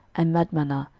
and madmannah,